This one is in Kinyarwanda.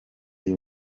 y’i